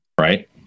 right